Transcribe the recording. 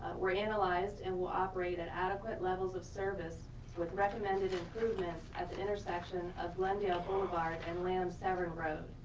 were analyzed and will operate at adequate levels of service with recommended improvements at the intersection of glenn dale boulevard and lanham severn road.